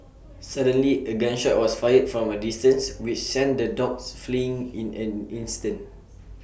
suddenly A gun shot was fired from A distance which sent the dogs fleeing in an instant